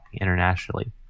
internationally